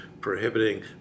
prohibiting